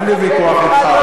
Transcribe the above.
אין לי ויכוח אתך,